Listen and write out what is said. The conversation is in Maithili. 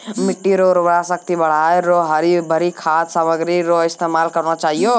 मिट्टी रो उर्वरा शक्ति बढ़ाएं रो हरी भरी खाद सामग्री रो इस्तेमाल करना चाहियो